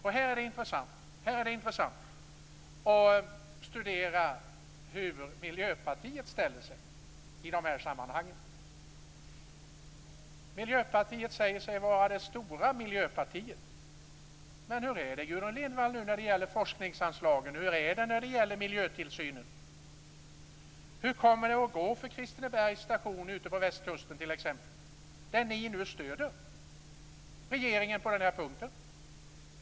Det är intressant att studera hur Miljöpartiet ställer sig i de här sammanhangen. Miljöpartiet säger sig ju vara det stora miljöpartiet. Men hur är det nu, Gudrun Lindvall, när det gäller forskningsanslagen? Hur är det när det gäller miljötillsynen? Hur kommer det att gå t.ex. för Kristinebergs station på västkusten? Ni stöder ju regeringen på den punkten.